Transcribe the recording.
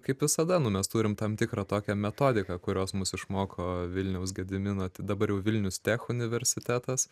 kaip visada nu mes turim tam tikrą tokią metodiką kurios mus išmoko vilniaus gedimino tai dabar jau vilnius tech universitetas